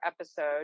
episode